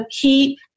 keep